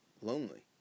Lonely